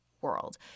world